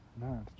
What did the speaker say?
No